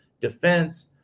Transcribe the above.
defense